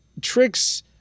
tricks –